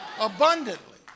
abundantly